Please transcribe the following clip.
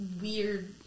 weird